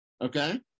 Okay